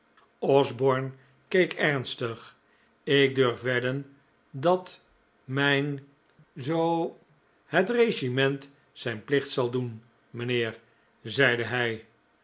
osborne keek ernstig ik durf wedden dat mijn z het regiment zijn plicht zal doen mijnheer zeide hij